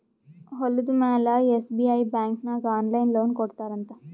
ಹೊಲುದ ಮ್ಯಾಲ SBI bank ನಾಗ್ ಆನ್ಲೈನ್ ಲೋನ್ ಕೊಡ್ತಾರ್ ಅಂತ್